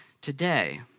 today